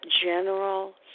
general